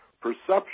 perception